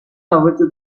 هواتو